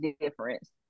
difference